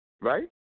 right